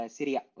Syria